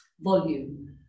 volume